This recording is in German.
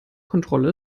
kontrolle